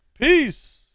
Peace